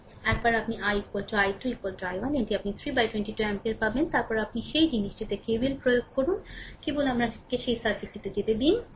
সুতরাং একবার আপনি i i2 i1 এটি আপনি 322 অ্যাম্পিয়ার পাবেন তারপরে আপনি সেই জিনিসটিতে KVL প্রয়োগ করেন কেবল আমাকে সেই সার্কিটে যেতে দিন